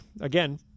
again